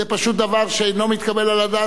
זה פשוט דבר שאינו מתקבל על הדעת.